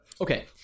okay